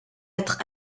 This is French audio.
être